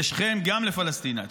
לשכם וגם לפלשתינה.